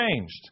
changed